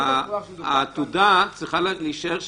העתודה צריכה להישאר שמה,